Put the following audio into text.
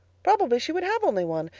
probably she would have only one.